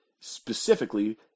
specifically